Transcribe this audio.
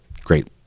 Great